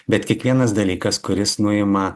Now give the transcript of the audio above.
bet kiekvienas dalykas kuris nuima